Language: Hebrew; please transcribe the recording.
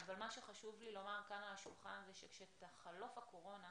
אבל מה שחשוב לי לומר כאן על השולחן זה שכשתחלוף הקורונה,